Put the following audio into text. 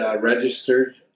registered